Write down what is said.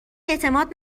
اعتماد